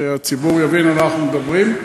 שהציבור יבין על מה אנחנו מדברים,